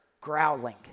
growling